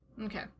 Okay